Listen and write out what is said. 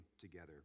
together